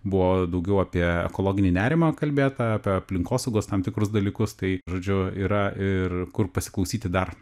buvo daugiau apie ekologinį nerimą kalbėta ape aplinkosaugos tam tikrus dalykus tai žodžiu yra ir kur pasiklausyti dar